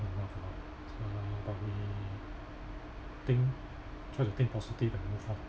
enough or not so but we think try to think positive and move on